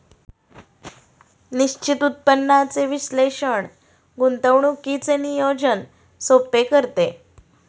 निश्चित उत्पन्नाचे विश्लेषण गुंतवणुकीचे नियोजन सोपे करते